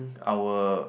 our